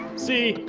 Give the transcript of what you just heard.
see.